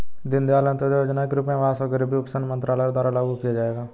दीनदयाल अंत्योदय योजना के रूप में आवास और गरीबी उपशमन मंत्रालय द्वारा लागू किया जाएगा